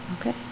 okay